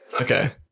Okay